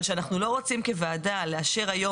אבל שאנחנו לא רוצים כוועדה לאשר היום